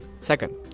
Second